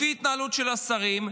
לפי ההתנהלות של השרים,